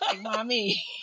Mommy